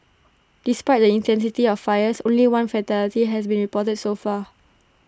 despite the intensity of the fires only one fatality they has been reported so far